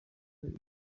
sol